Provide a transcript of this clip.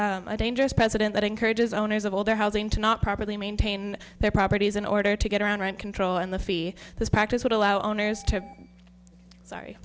precedent that encourages owners of older housing to not properly maintain their properties in order to get around rent control and the fee this practice would allow owners to sorry